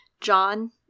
John